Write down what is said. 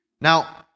Now